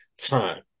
time